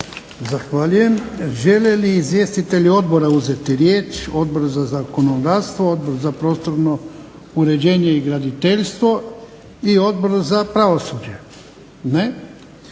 Zahvaljujem. Žele li izvjestitelji odbora uzeti riječ? Odbor za zakonodavstvo, Odbor za prostorno uređenje i graditeljstvo i Odbor za pravosuđe? Ne.